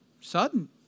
sudden